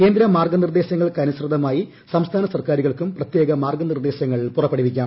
കേന്ദ്ര മാർഗ്ഗ നിർദ്ദശങ്ങൾക്ക് അനുസൃതമായി സംസ്ഥാന സർക്കാരുകൾക്കും പ്രത്യേക മാർഗനിർദ്ദേശങ്ങൾ പുറപ്പെടുവിക്കാം